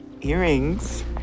Earrings